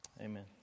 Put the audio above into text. Amen